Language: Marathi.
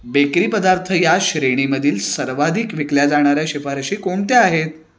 बेकरी पदार्थ या श्रेणीमधील सर्वाधिक विकल्या जाणाऱ्या शिफारशी कोणत्या आहेत